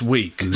Week